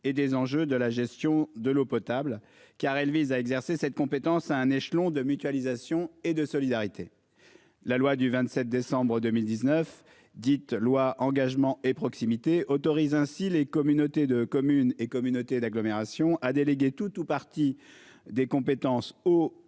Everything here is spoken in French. et des enjeux de la gestion de l'eau potable car elle vise à exercer cette compétence à un échelon de mutualisation et de solidarité. La loi du 27 décembre 2019, dite loi engagement et proximité autorise ainsi les communautés de communes et communautés d'agglomération à déléguer tout ou partie des compétences eau